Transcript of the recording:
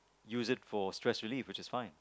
use it for stress relief which is fine